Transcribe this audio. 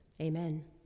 Amen